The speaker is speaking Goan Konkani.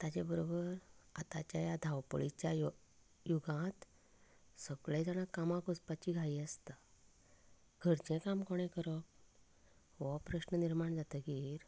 ताज्या बरोबर आतांच्या ह्या धांवपळिच्या युगांत सगळ्यां जाणांक कामाक वचपाची घाई आसता घरचें काम कोणें करप हो प्रस्न निर्माण जातकच